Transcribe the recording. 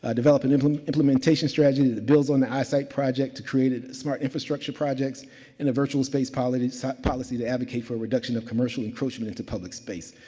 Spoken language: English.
ah develop and an um implementation strategy that builds on the eyesite project to create a smart infrastructure projects in a virtual space policy so policy to advocate for reduction of commercial encroaching into public space.